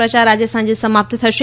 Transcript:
પ્રચાર આજે સાંજે સમાપ્ત થશે